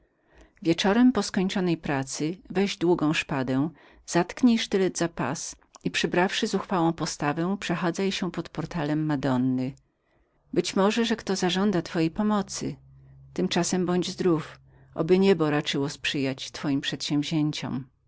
wieczora po skończonej pracy weź długą szpadę zatknij sztylet za pas i przybrawszy postać nieco zuchwałą przechodź się pod galeryą madony być może że kto zażąda twojej pomocy tymczasem bądź zdrów oby niebo raczyło sprzyjać twoim przedsięwzięciom